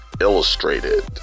Illustrated